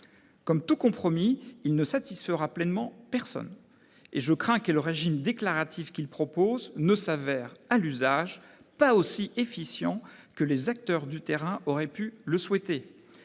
Comme tout compromis, il ne satisfera pleinement personne, et je crains que le régime déclaratif qu'il propose ne s'avère, à l'usage, pas aussi efficient que les acteurs du terrain auraient pu le souhaiter.